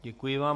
Děkuji vám.